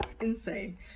insane